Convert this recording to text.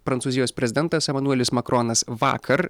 prancūzijos prezidentas emanuelis makronas vakar